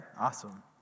Awesome